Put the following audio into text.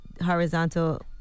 horizontal